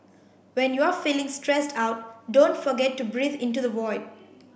when you are feeling stressed out don't forget to breathe into the void